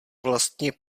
vlastně